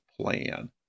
plan